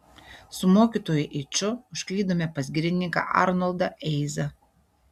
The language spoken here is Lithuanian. su mokytoju eiču užklydome pas girininką arnoldą eizą